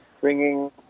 bringing